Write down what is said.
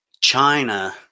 China